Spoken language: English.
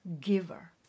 giver